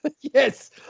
Yes